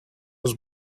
was